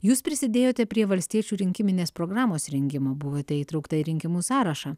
jūs prisidėjote prie valstiečių rinkiminės programos rengimo buvote įtraukta į rinkimų sąrašą